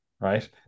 right